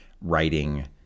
writing